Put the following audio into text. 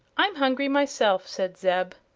i'm hungry myself, said zeb.